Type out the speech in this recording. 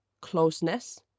closeness